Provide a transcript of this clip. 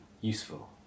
useful